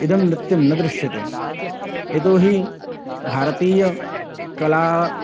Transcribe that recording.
इदं नृत्यं न दृश्यते यतो हि भारतीयकला